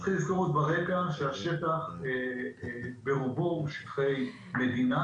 צריך לזכור ברקע שהשטח ברובו הוא שטחי מדינה